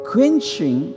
Quenching